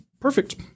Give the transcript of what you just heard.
perfect